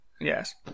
Yes